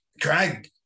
Craig